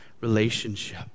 relationship